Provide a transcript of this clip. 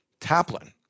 Taplin